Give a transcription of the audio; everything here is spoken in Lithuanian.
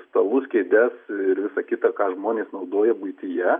stalus kėdes ir visa kita ką žmonės naudoja buityje